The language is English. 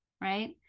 right